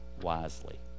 wisely